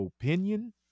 opinion